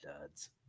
duds